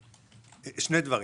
להגיד שני דברים.